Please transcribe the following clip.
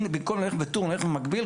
אם במקום ללכת בטור נלך במקביל,